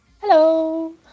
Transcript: Hello